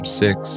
six